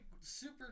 super